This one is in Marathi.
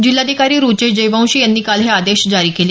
जिल्हाधिकारी रुचेश जयवंशी यांनी काल हे आदेश जारी केले